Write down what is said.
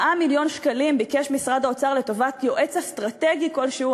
4 מיליון שקלים ביקש משרד האוצר לטובת יועץ אסטרטגי כלשהו.